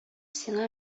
сиңа